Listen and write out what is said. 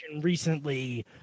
recently